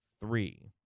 three